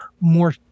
more